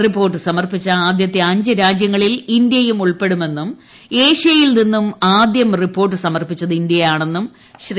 report സമർപ്പിച്ച ആദ്യത്തെ അഞ്ച് രാജ്യങ്ങളിൽ ഇന്ത്യയും ഉൾപ്പെടുമെന്നും ഏഷ്യയിൽ നിന്നും ആദ്യം റിപ്പോർട്ട് സമർപ്പിച്ചത് ഇന്ത്യയാണെന്ന് ശ്രീ